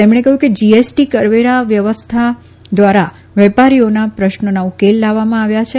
તેમણે કહ્યું કે જીએસટી કરવેરા વ્યવસ્થા દ્વાર વેપારીઓના પ્રશ્નોના ઉકેલ લાવવામાં આવ્યો છે